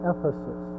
Ephesus